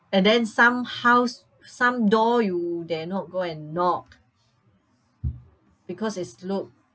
and then some house some door you dare not go and knock because its look